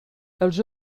els